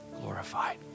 glorified